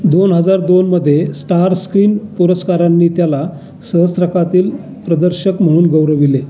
दोन हजार दोनमध्ये स्टारस्क्रीन पुरस्कारांनी त्याला सहस्रकातील प्रदर्शक म्हणून गौरविले